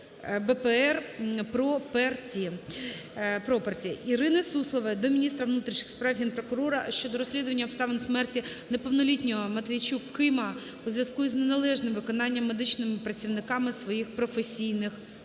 ПРОПЕРТІ". Ірини Суслової до міністра внутрішніх справ, Генпрокурора щодо розслідування обставин смерті неповнолітнього Матійчука Кима у зв'язку із неналежним виконанням медичними працівниками своїх професійних обов'язків.